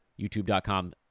YouTube.com